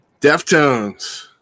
Deftones